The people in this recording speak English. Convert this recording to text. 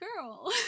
girl